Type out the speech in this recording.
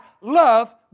love